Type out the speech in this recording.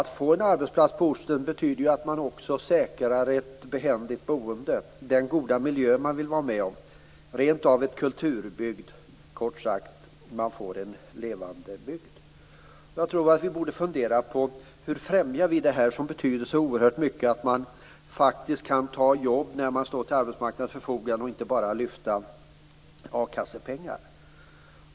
Att få en arbetsplats på orten betyder också ett säkrande av ett behändigt boende, dvs. den goda miljön, rent av en kulturbygd. Kort sagt: En levande bygd. Vi borde fundera på hur vi främjar det som betyder så mycket, dvs. att faktiskt få ett jobb när man står till arbetsmarknadens förfogande och inte bara lyfta akassepengar.